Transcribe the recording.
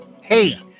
Hey